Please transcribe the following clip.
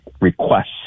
requests